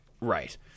Right